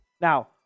Now